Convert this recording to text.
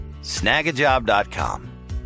snagajob.com